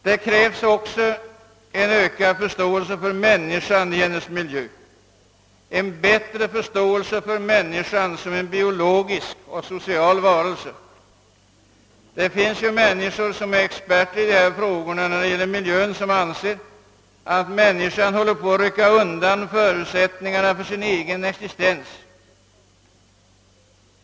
Det krävs också ökad förståelse för människan och hennes miljö samt bättre förståelse för människan som biologisk och social varelse. Det finns experter på miljöfrågor som anser att människan håller på att rycka undan förutsättningarna för sin egen existens.